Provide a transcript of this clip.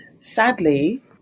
sadly